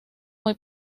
muy